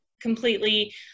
completely